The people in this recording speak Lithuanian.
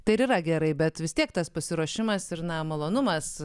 tai yra gerai bet vis tiek tas pasiruošimas ir na malonumas